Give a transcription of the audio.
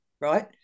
right